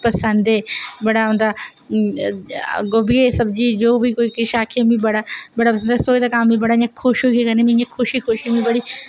पसंद ऐ बड़ा आंदा गोभियै दी सब्जी जो बी कोई किश आक्खै मिगी बड़ा बड़ा पसंद रसोई दा कम्म मिगी बड़ा मीं इयां खुश होइयै करनी मीं खुशी हुंदी बड़ी